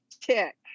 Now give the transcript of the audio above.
tick